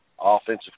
offensive